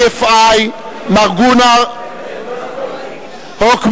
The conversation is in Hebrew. EFI, מר גונאר הוקמארק,